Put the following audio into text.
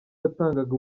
yatangaga